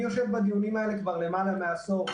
אני יושב בדיונים האלה כבר למעלה מעשור.